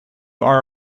are